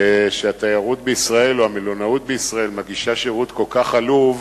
ושהתיירות בישראל או המלונאות בישראל מגישה שירות כל כך עלוב,